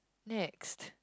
next